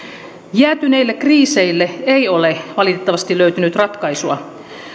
jäätyneille kriiseille ei ole valitettavasti löytynyt ratkaisua